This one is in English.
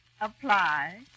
apply